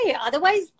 Otherwise